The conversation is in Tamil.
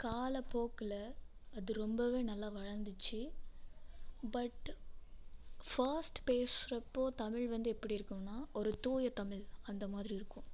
காலப்போக்கில் அது ரொம்பவே நல்லா வளர்ந்துச்சு பட் ஃபஸ்ட் பேசுகிறப்போ தமிழ்வந்து எப்படி இருக்கும்னால் ஒருதூய தமிழ் அந்த மாதிரி இருக்கும்